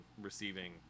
receiving